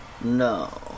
No